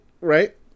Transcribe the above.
Right